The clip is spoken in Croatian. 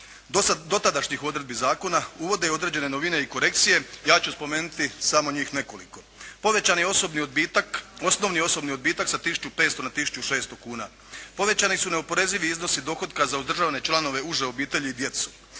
dotadašnjih odredbi zakona uvode i određene novine i korekcije, ja ću spomenuti samo njih nekoliko. Povećan je i osobni odbitak, osnovni osobni odbitak sa tisuću 500 na tisuću 600 kuna. Povećani su neoporezivi iznosi dohotka za …/Govornik se ne razumije./… članove uže obitelji i djecu.